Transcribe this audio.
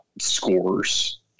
scores